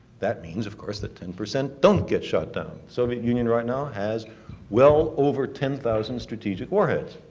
that means, of course, that ten percent don't get shot down. soviet union right now has well over ten thousand strategic warheads.